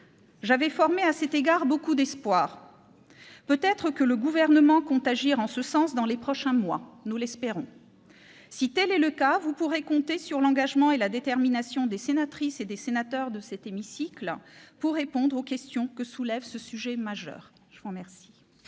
J'avais formé à cet égard beaucoup d'espoirs. Peut-être le Gouvernement compte-t-il agir en ce sens dans les prochains mois ? Nous l'espérons. Si tel est le cas, vous pourrez compter sur l'engagement et la détermination des sénatrices et des sénateurs de cet hémicycle pour répondre aux questions que soulève ce sujet majeur. La parole